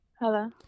hello